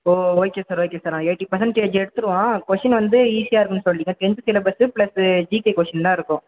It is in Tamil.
ஓ ஓகே சார் ஓகே சார் அவன் எயிட்டி பர்சண்டேஜ் எடுத்துருவான் கொஷீன் வந்து ஈஸியாக இருக்குன்னு சொல்லுறீங்க tenth syllabus plus GK question தான் இருக்கும்